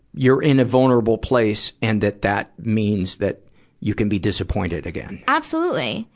you're in a vulnerable place and that that means that you can be disappointed again? absolutely.